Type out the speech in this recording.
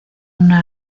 una